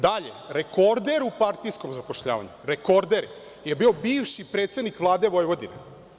Dalje, rekorder u partijskom zapošljavanju je bio bivši predsednik Vlade Vojvodine.